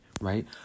right